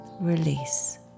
Release